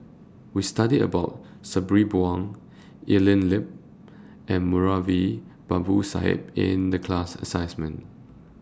We studied about Sabri Buang Evelyn Lip and Moulavi Babu Sahib in The class assignment